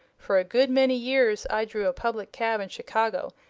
for a good many years i drew a public cab in chicago,